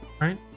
Right